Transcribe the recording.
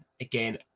again